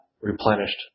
replenished